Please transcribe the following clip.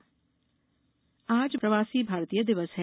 प्रवासी दिवस आज प्रवासी भारतीय दिवस है